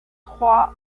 trois